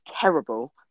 terrible